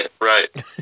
right